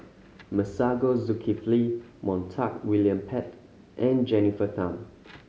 Masagos Zulkifli Montague William Pett and Jennifer Tham